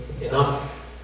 enough